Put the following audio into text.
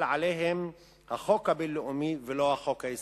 עליהם החוק הבין-לאומי ולא החוק הישראלי.